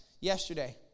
yesterday